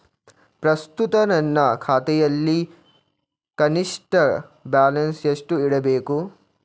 ಪ್ರಸ್ತುತ ನನ್ನ ಖಾತೆಯಲ್ಲಿ ಕನಿಷ್ಠ ಬ್ಯಾಲೆನ್ಸ್ ಎಷ್ಟು ಇಡಬೇಕು?